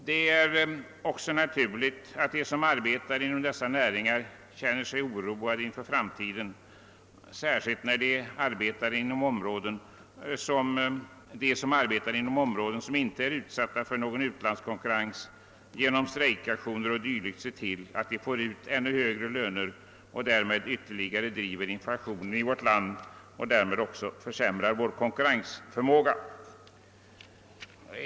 Det är också naturligt att de som arbetar inom dessa näringar känner sig oroade inför framtiden, särskilt när de som arbetar inom områden som inte är utsatta för någon utlandskonkurrens genom strejkaktioner och dylikt ser till, att de får ut ännu högre löner och därmed ytterligare driver upp inflationen i vårt land och därmed också försämrar vår konkurrensförmåga.